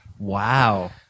Wow